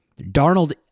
Darnold